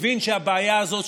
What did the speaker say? הוא הבין שהבעיה הזאת,